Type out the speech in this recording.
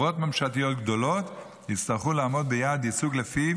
חברות ממשלתיות גדולות יצטרכו לעמוד ביעד ייצוג שלפיו